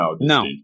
No